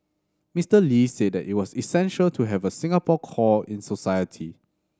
Mister Lee said it was essential to have a Singapore core in society